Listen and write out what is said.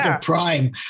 prime